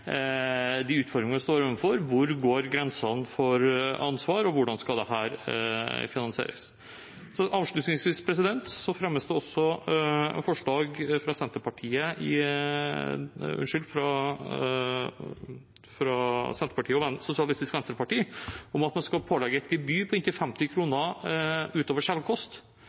hvor grensene for ansvar går, og hvordan dette skal finansieres. Avslutningsvis: Det fremmes også forslag fra Senterpartiet og SV om at man skal pålegge et gebyr på inntil 50 kr utover selvkost.